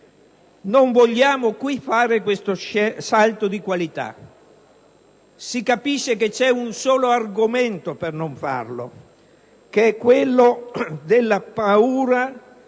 Non vogliamo qui fare questo salto di qualità: si capisce che c'è un solo argomento per non farlo, che è quello della paura di toccare